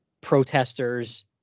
protesters